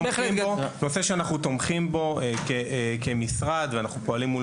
זה נושא שאנחנו תומכים בו כמשרד ואנחנו פועלים מול